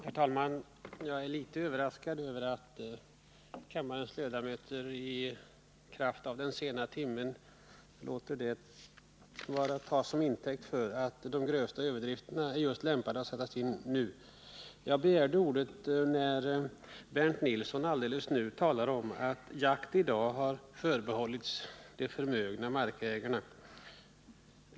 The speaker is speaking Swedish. Herr talman! Jag är litet överraskad över att kammarens ledamöter tar den sena timmen till intäkt för att sätta in de grövsta överdrifterna nu. Jag begärde ordet när Bernt Nilsson alldeles nyss sade att jakten i dag förbehålls de förmögna markägarna.